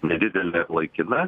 nedidelė laikina